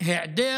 והיעדר